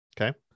Okay